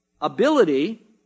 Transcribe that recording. ability